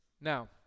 Now